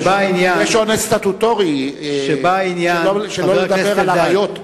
יש אונס סטטוטורי, שלא לדבר על עריות.